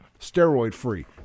steroid-free